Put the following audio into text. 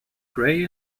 grey